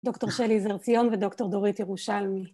דוקטור שלי זרציון ודוקטור דורית ירושלמי